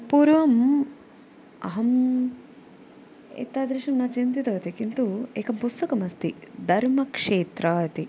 पूर्वम् अहम् एतादृशं न चिन्तितवती किन्तु एकं पुस्तकमस्ति धर्मक्षेत्रम् इति